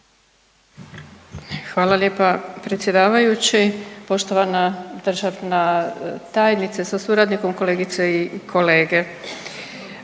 Hvala lijepa predsjedavajući. Poštovana državna tajnice sa suradnikom, kolegice i kolege,